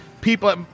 people